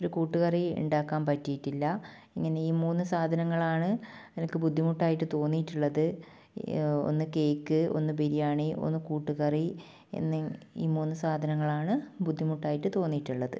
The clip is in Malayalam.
ഒരു കൂട്ടുകറി ഉണ്ടാക്കാൻ പറ്റിയിട്ടില്ല ഇങ്ങനെ ഈ മൂന്ന് സാധനങ്ങളാണ് എനിക്ക് ബുദ്ധിമുട്ടായിട്ട് തോന്നിയിട്ടുള്ളത് ഒന്ന് കേക്ക് ഒന്ന് ബിരിയാണി ഒന്ന് കൂട്ടുകറി എന്നീ ഈ മൂന്ന് സാധനങ്ങളാണ് ബുദ്ധിമുട്ടായിട്ട് തോന്നിയിട്ടുള്ളത്